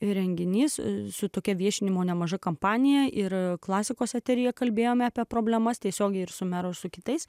įrenginys su tokia viešinimo nemaža kompanija ir klasikos eteryje kalbėjome apie problemas tiesiogiai ir suvmeru su kitais